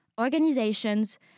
Organizations